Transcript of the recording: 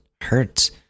hurts